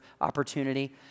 opportunity